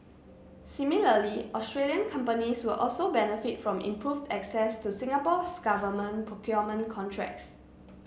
similarly Australian companies will also benefit from improved access to Singapore's government procurement contracts